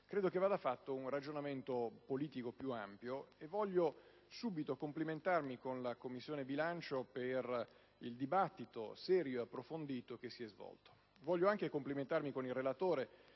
credo che vada fatto un ragionamento politico più ampio. Voglio subito complimentarmi con la Commissione bilancio per il dibattito serio ed approfondito che lì si è svolto e con il relatore